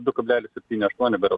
du kablelis septyni aštuoni berods